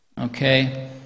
Okay